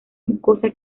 mucosa